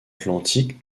atlantique